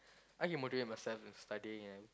I can motivate myself in studying